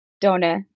Donna